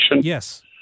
Yes